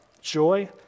joy